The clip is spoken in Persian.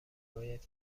باید